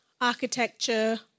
architecture